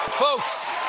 folks,